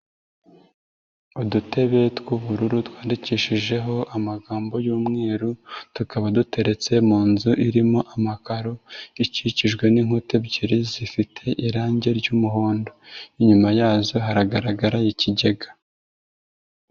Udutebe tw'ubururu twandikishijeho amagambo y'umweru, tukaba duteretse mu nzu irimo amakaro, ikikijwe n'inkuta ebyiri zifite irangi ry'umuhondo. Inyuma yazo haragaragara ikigega.